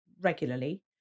regularly